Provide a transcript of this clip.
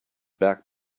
back